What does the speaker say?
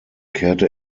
kehrte